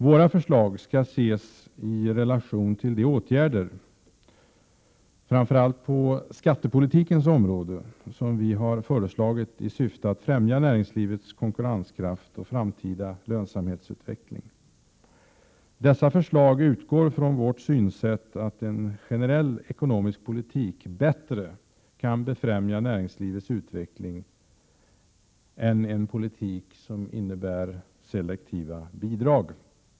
Våra förslag skall ses i relation till de åtgärder — framför allt på skattepolitikens område — som vi har föreslagit i syfte att främja näringslivets konkurrenskraft och framtida lönsamhetsutveckling. Dessa förslag utgår från vårt synsätt att en generell ekonomisk politik bättre kan befrämja näringslivets utveckling än en politik som innebär selektiva bidrag.